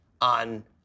on